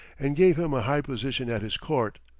and gave him a high position at his court,